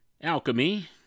Alchemy